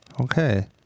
Okay